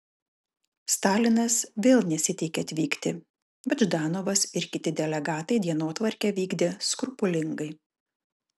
stalinas vėl nesiteikė atvykti bet ždanovas ir kiti delegatai dienotvarkę vykdė skrupulingai